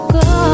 go